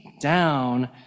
down